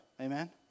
Amen